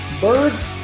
Birds